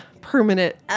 permanent